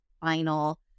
final